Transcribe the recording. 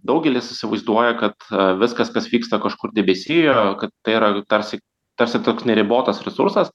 daugelis įsivaizduoja kad viskas kas vyksta kažkur debesyje kad tai yra tarsi tarsi toks neribotas resursas